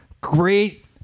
great